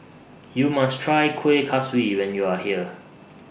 YOU must Try Kuih Kaswi when YOU Are here